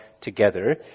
together